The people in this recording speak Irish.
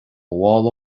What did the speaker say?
mhála